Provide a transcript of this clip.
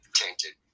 tainted